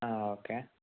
ആ ഓക്കേ